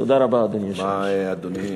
תודה רבה, אדוני היושב-ראש.